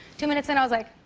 two minutes in, i was like,